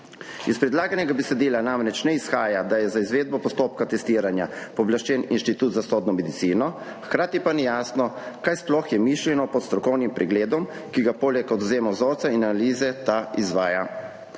iz predlaganega besedila namreč ne izhaja, da je za izvedbo postopka testiranja pooblaščen Inštitut za sodno medicino, hkrati pa ni jasno, kaj je sploh mišljeno pod strokovnim pregledom, ki ga poleg odvzema vzorca in analize ta izvaja.